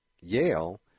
Yale